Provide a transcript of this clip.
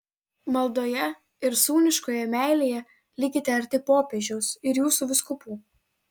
maldoje ir sūniškoje meilėje likite arti popiežiaus ir jūsų vyskupų